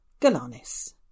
Galanis